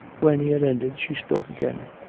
when he had ended, she spoke again.